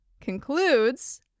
concludes